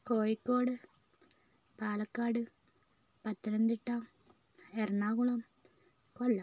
Kozhikode Palakkad Pathanamthitta Ernakulam Kollam